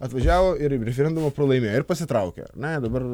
atvažiavo ir referendumą pralaimėjo ir pasitraukė na dabar